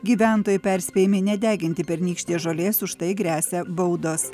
gyventojai perspėjami nedeginti pernykštės žolės už tai gresia baudos